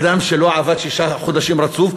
אדם שלא עבד שישה חודשים רצוף,